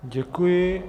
Děkuji.